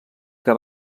que